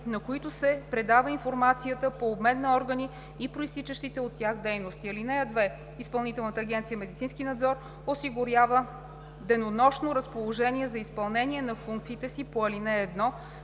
на които се предава информацията по обмен на органи и произтичащите от тях дейности. (2) Изпълнителна агенция „Медицински надзор“ осигурява денонощно разположение за изпълнение на функциите си по ал. 1,